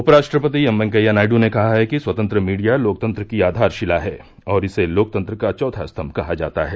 उपराष्ट्रपति एम वेंकैया नायडू ने कहा है कि स्वतंत्र मीडिया लोकतंत्र की आधारशिला है और इसे लोकतंत्र का चौथा स्तंभ कहा जाता है